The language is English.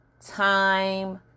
time